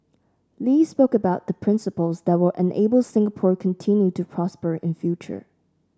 Lee spoke about the principles that will enable Singapore continue to prosper in future